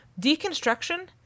deconstruction